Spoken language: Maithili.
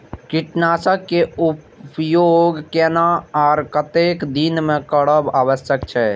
कीटनाशक के उपयोग केना आर कतेक दिन में करब आवश्यक छै?